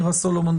מירה סלומון,